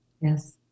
Yes